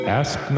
ask